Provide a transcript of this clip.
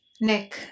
neck